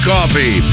Coffee